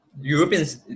Europeans